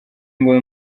ngo